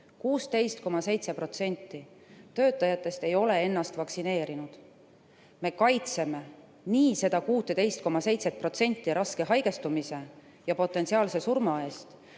16,7% töötajatest ei ole ennast vaktsineerinud. Me kaitseme nii seda 16,7% raske haigestumise ja potentsiaalse surma eest